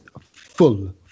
full